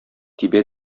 тибә